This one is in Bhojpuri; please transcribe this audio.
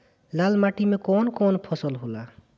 लाल माटी मे कवन कवन फसल होला?